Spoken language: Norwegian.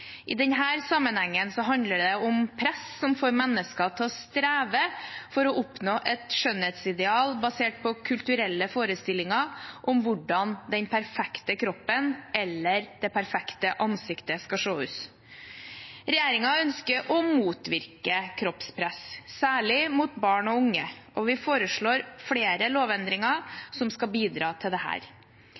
hvordan den perfekte kroppen eller det perfekte ansiktet skal se ut. Regjeringen ønsker å motvirke kroppspress, særlig mot barn og unge, og vi foreslår flere lovendringer som skal bidra til det.